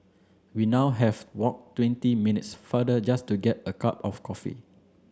we now have walk twenty minutes farther just to get a cup of coffee